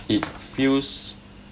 it feels